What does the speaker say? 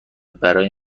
برای